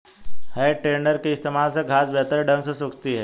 है टेडर के इस्तेमाल से घांस बेहतर ढंग से सूखती है